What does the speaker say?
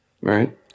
Right